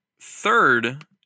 third